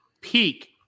peak